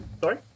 Sorry